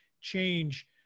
change